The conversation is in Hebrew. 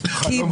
חלום חייו.